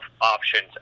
options